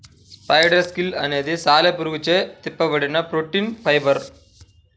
spider silk అనేది సాలెపురుగులచే తిప్పబడిన ప్రోటీన్ ఫైబర్